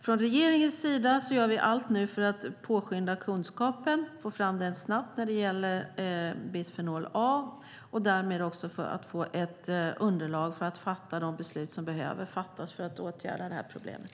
Från regeringens sida gör vi nu allt för att snabbt få fram kunskapen när det gäller bisfenol A och därmed ett underlag för att fatta de beslut som behöver fattas för att åtgärda det här problemet.